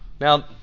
Now